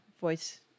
voice